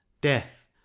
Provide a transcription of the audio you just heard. death